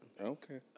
Okay